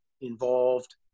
involved